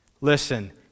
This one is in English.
Listen